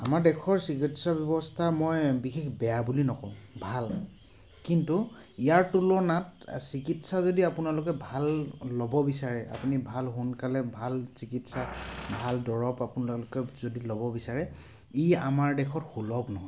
আমাৰ দেশৰ চিকিৎসা ব্যৱস্থা মই বিশেষ বেয়া বুলি নকওঁ ভাল কিন্তু ইয়াৰ তুলনাত চিকিৎসা যদি আপোনালোকে ভাল ল'ব বিচাৰে আপুনি ভাল সোনকালে ভাল চিকিৎসা ভাল দৰৱ আপোনালোকে যদি ল'ব বিচাৰে ই আমাৰ দেশত সুলভ নহয়